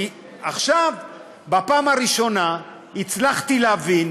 כי עכשיו בפעם הראשונה הצלחתי להבין